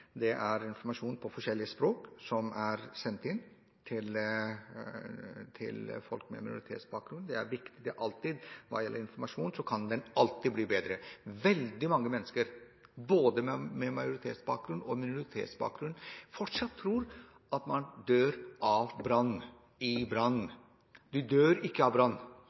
Det er informasjon på forskjellige språk som er sendt til folk med minoritetsbakgrunn. Når det gjelder informasjon, kan den alltid bli bedre. Veldig mange mennesker, både med majoritetsbakgrunn og med minoritetsbakgrunn, tror fortsatt at man dør av brannen. Du dør ikke av brann,